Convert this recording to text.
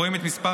התרבות והספורט,